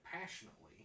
passionately